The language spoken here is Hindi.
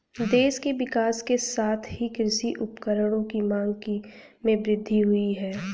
देश के विकास के साथ ही कृषि उपकरणों की मांग में वृद्धि हुयी है